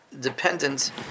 dependent